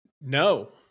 No